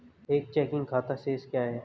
एक चेकिंग खाता शेष क्या है?